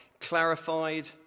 clarified